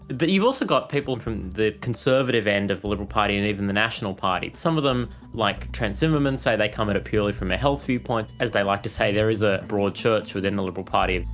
but you've also got people from the conservative end of the liberal party, and even the national party. some of them, like trent zimmerman, say they come at it purely from a health viewpoint. as they like to say, there is a broad church within the liberal party.